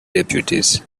deputies